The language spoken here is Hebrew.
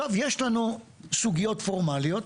יש לנו סוגיות פורמליות,